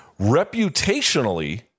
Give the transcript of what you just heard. Reputationally